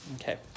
Okay